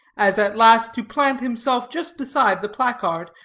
as at last to plant himself just beside the placard,